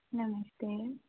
नमस्ते